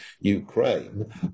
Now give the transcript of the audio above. Ukraine